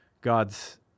God's